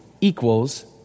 equals